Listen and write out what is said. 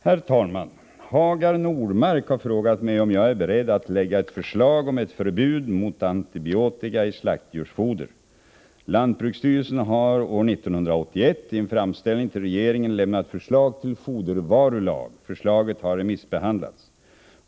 Herr talman! Hagar Normark har frågat mig om jag är beredd att lägga fram ett förslag om ett förbud mot antibiotika i slaktdjursfoder. Lantbruksstyrelsen har år 1981 i en framställning till regeringen lämnat förslag till fodervarulag. Förslaget har remissbehandlats.